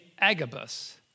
Agabus